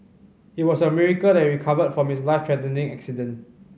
it was a miracle that he recovered from his life threatening accident